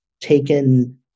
taken